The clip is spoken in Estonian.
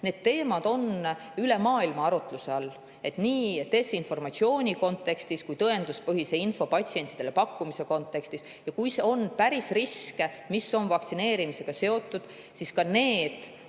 need teemad on üle maailma arutluse all, seda nii desinformatsiooni kontekstis kui ka tõenduspõhise info patsientidele pakkumise kontekstis. Kui on päris riske, mis on vaktsineerimisega seotud, siis ka need